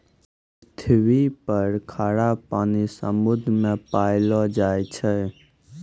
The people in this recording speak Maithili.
पृथ्वी पर खारा पानी समुन्द्र मे पैलो जाय छै